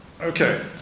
Okay